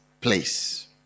place